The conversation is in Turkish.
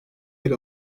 yer